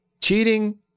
cheating